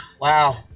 Wow